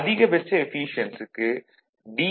அதிகபட்ச எஃபீசியென்சிக்கு dηdx 0